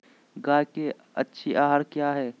गाय के अच्छी आहार किया है?